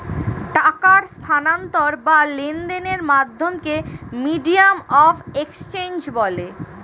টাকার স্থানান্তর বা লেনদেনের মাধ্যমকে মিডিয়াম অফ এক্সচেঞ্জ বলে